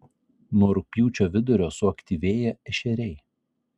nuo rugpjūčio vidurio suaktyvėja ešeriai